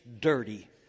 dirty